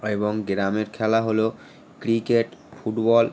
এবং গ্রামের খেলা হলো ক্রিকেট ফুটবল